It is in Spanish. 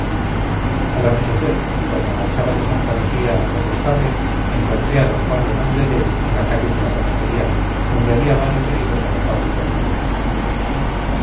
al anochecer y cuando marchaba de santa lucía al condestable encontré a d pablo nomdedeu en la calle de la zapatería donde había varios heridos arrojados por el suelo